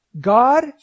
God